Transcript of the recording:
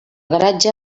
garatge